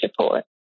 support